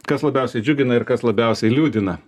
kas labiausiai džiugina ir kas labiausiai liūdina